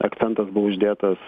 akcentas buvo uždėtas